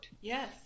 Yes